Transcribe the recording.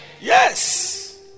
Yes